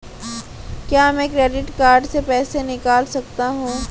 क्या मैं credit card से पैसे निकाल सकता हूँ?